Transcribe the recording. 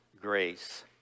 grace